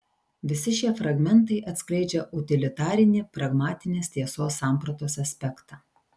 visi šie fragmentai atskleidžia utilitarinį pragmatinės tiesos sampratos aspektą